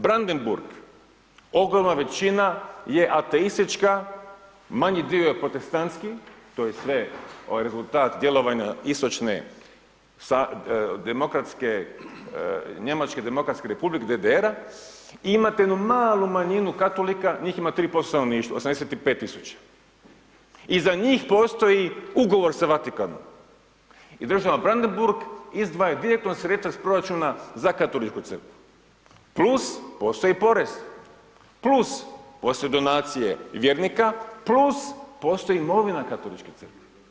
Brandenburg, ogromna većina je ateistička, manji dio je protestantski, to je sve rezultat djelovanja istočne Njemačke demokratske Republike, DDR, i imate jednu malu manjinu katolika, njih ima 3% stanovništva, 85 000 i za njih postoji ugovor sa Vatikanom i država Brandenburg izdvaja direktna sredstva iz proračuna za Katoličku crkvu plus postoje porezi plus postoje donacije vjernika plus postoji imovina Katolička crkve.